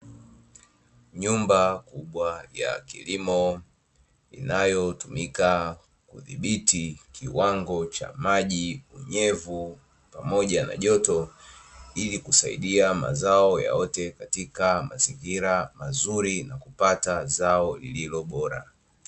Nyumba kubwa ya kilimo inayotumika kudhibiti kiwango cha maji, unyevu pamoja na joto , ili kusaidia mazao yaote katika mazingira mazuri na kupata zao lililo bora.